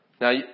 Now